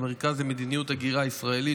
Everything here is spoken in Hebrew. המרכז למדיניות הגירה ישראלית,